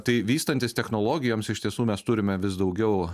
tai vystantis technologijoms iš tiesų mes turime vis daugiau